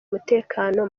umutekano